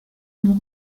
ont